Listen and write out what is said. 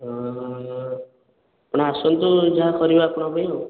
ହଁ ଆପଣ ଆସନ୍ତୁ ଯାହା କରିବା ଆପଣଙ୍କ ପାଇଁ ଆଉ